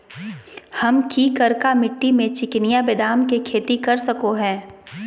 हम की करका मिट्टी में चिनिया बेदाम के खेती कर सको है?